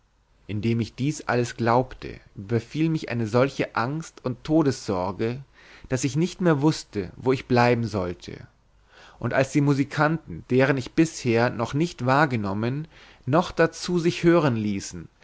indem ich dieses alles glaubte überfiel mich eine solche angst und todessorge daß ich nicht mehr wußte wo ich bleiben sollte und als die musikanten deren ich bisher noch nicht wahrgenommen noch darzu sich hören ließen